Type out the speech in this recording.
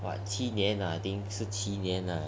!wah! 七年 ah I think 是七年了